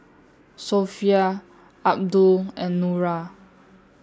Sofea Abdul and Nura